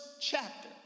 chapter